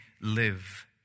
live